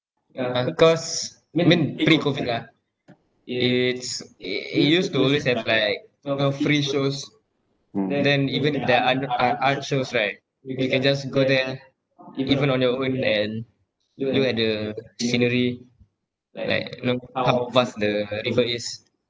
ya cause I mean pre COVID ah it's i~ it used to always have like you know free shows then even if there are un~ ar~ art shows right you can just go there even on your own and look at the scenery like you know how fast the people is